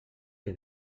que